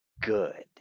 Good